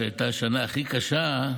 שהייתה השנה הכי קשה,